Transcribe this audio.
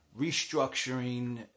restructuring